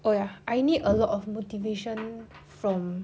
oh ya I need a lot of motivation from